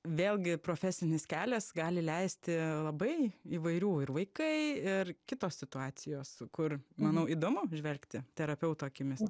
vėlgi profesinis kelias gali leisti labai įvairių ir vaikai ir kitos situacijos kur manau įdomu žvelgti terapeuto akimis